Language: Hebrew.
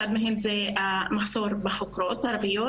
אחד מהם הוא המחסור בחוקרות ערביות.